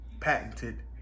patented